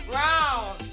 round